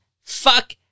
fuck